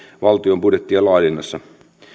valtion budjettien laadinnassa